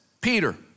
Peter